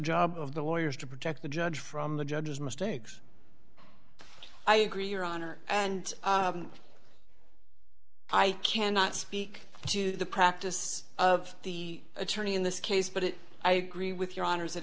job of the lawyers to protect the judge from the judge's mistakes i agree your honor and i cannot speak to the practice of the attorney in this case but i agree with your honor's it